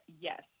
yes